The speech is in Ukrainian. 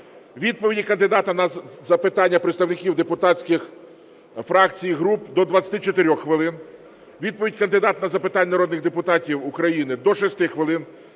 відповіді кандидата на запитання представників депутатських фракцій і груп до 24 хвилин, відповідь кандидата на запитання народних депутатів України до 6 хвилин,